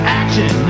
action